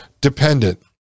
dependent